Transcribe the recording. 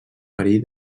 perill